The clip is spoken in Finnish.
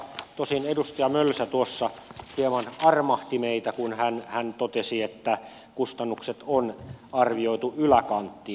tosin edustaja mölsä tuossa hieman armahti meitä kun hän totesi että kustannukset on arvioitu yläkanttiin